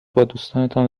بادوستانتان